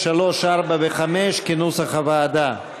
3, 4 ו-5, כנוסח הוועדה.